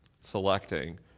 selecting